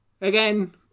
Again